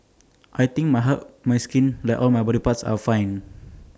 I think my heart my skin like all my body parts are fine